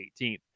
18th